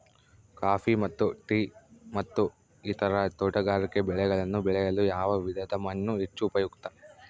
Coffee ಮತ್ತು tea ಮತ್ತು ಇತರ ತೋಟಗಾರಿಕೆ ಬೆಳೆಗಳನ್ನು ಬೆಳೆಯಲು ಯಾವ ವಿಧದ ಮಣ್ಣು ಹೆಚ್ಚು ಉಪಯುಕ್ತ?